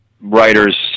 writers